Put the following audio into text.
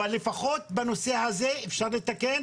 אבל לפחות בנושא הזה אפשר לתקן.